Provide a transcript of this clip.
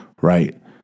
right